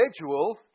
individual